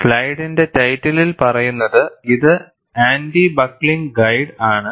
സ്ലൈഡിന്റെ title പറയുന്നത് ഇത് anti buckling guide ആണ്